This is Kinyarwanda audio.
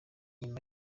nyuma